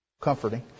comforting